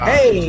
Hey